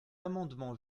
amendement